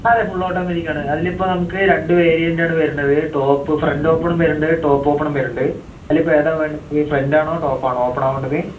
അതെ full automatic ആണ് അതിലിപ്പോൾ നമുക്ക് രണ്ടു വേരിയൻ്റ് ആണ് വരണത് ടോപ്പ് ഫ്രണ്ട് ഓപ്പണും വരുന്നുണ്ട് ടോപ് ഓപ്പണും വരുന്നുണ്ട് അതിലിപ്പോൾ ഏതാണ് വേണ്ടത് ഫ്രണ്ടാണോ ടോപ്പ് ആണോ ഓപ്പൺ ആവേണ്ടത്